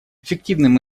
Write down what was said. эффективным